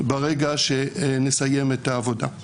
ברגע שנסיים את העבודה.